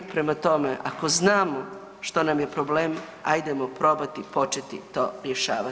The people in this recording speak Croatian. Prema tome, ako znamo što nam je problem ajdemo probati početi to rješavati.